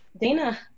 Dana